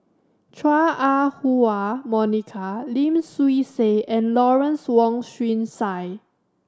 Chua Ah Huwa Monica Lim Swee Say and Lawrence Wong Shyun Tsai